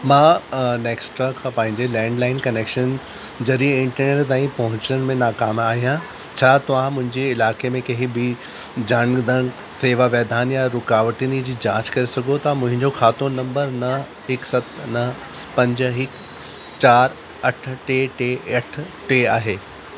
मां नैक्स्ट्रा खां पंहिंजे लैंडलाइन कनैक्शन ज़रिए इंटरनेट ताईं पहुचण में नाकामु आहियां छा तव्हां मुंहिंजे इलाइक़े में कंहिं ॿि जानदड़ सेवा व्यधान या रुकावटनी जी जांच करे सघो था मुंहिंजो खातो नंबर न हिकु सत न पंज हिकु चारि अठ टे टे अठ टे आहे